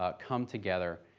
ah come together.